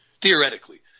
theoretically